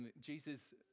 Jesus